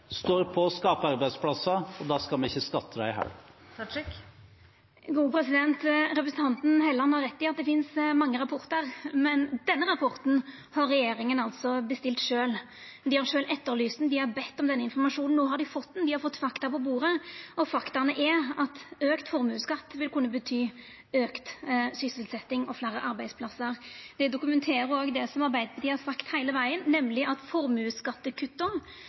står på og skaper arbeidsplasser, og da skal vi ikke skatte dem i hjel. Representanten Helleland har rett i at det finst mange rapportar, men denne rapporten har regjeringa altså bestilt sjølv. Dei har sjølv etterlyst han, dei har bedt om denne informasjonen. No har dei fått han, dei har fått fakta på bordet, og faktum er at auka formuesskatt vil kunna bety auka sysselsetjing og fleire arbeidsplassar. Det dokumenterer også det Arbeidarpartiet har sagt heile vegen, nemleg at